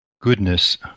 goodness